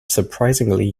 surprisingly